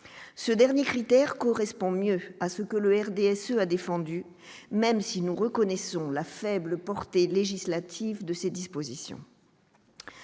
ce dernier critère correspond mieux à ce que le RDSE à défendu, même si nous reconnaissons la faible portée législative de ces dispositions.